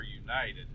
united